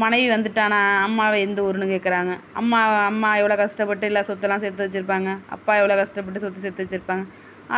மனைவி வந்துவிட்டானா அம்மாவை எந்த ஊருன்னு கேட்குறாங்க அம்மா அம்மா எவ்வளோ கஷ்டப்பட்டு எல்லாம் சொத்தெல்லாம் சேர்த்து வைச்சிருப்பாங்க அப்பா எவ்வளோ கஷ்டப்பட்டு சொத்து சேர்த்து வைச்சிருப்பாங்க